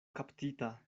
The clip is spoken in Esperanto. kaptita